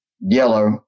yellow